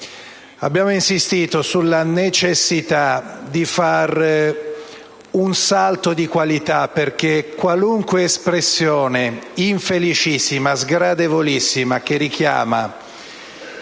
abbiamo insistito sulla necessità di fare un salto di qualità perché qualunque espressione infelicissima e sgradevolissima che richiami